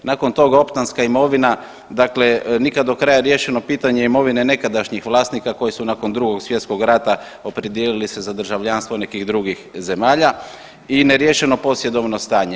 Nakon toga optanska imovina dakle nikad do kraja riješeno pitanje imovine nekadašnjih vlasnika koji su nakon II. svjetskog rata opredijelili se za državljanstvo nekih drugih zemalja i neriješeno posjedovno stanje.